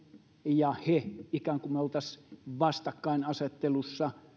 ja he ikään kuin me olisimme vastakkainasettelussa että